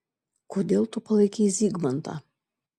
kodėl tu palaikei zygmantą